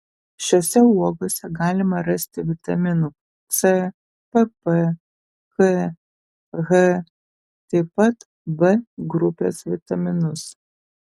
šiose uogose galima rasti vitaminų c pp k h taip pat b grupės vitaminus